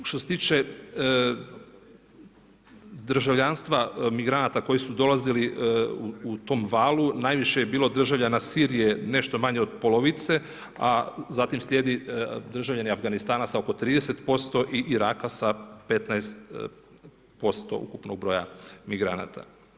Što se tiče državljanstva migranata koji su dolazili u tom valu, najviše je bilo državljana Sirije, nešto manje od polovice, a zatim slijedi, državljani Afganistana, sa oko 30% i Iraka sa 15% ukupnog broja migranata.